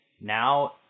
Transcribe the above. now